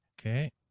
Okay